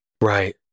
Right